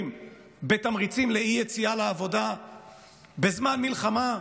בתמריצים לאי-יציאה לעבודה בזמן מלחמה,